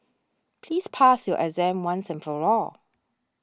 please pass your exam once and for all